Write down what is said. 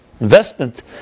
investment